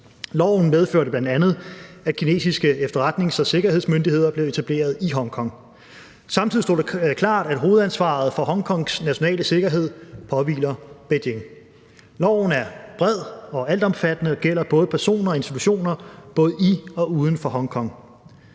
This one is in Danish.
Loven medførte bl.a., at kinesiske efterretnings- og sikkerhedsmyndigheder blev etableret i Hongkong. Samtidig stod det klart, at hovedansvaret for Hongkongs nationale sikkerhed påhviler Beijing. Loven er bred og altomfattende og gælder både personer og institutioner, både i og uden for Hongkong.